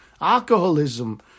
alcoholism